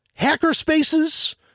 hackerspaces